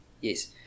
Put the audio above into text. Yes